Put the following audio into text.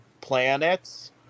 planets